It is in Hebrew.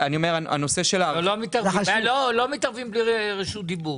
לא מתערבים בלי רשות דיבור.